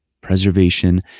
preservation